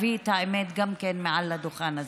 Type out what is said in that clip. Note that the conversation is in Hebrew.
תביאו את האמת גם מעל הדוכן הזה.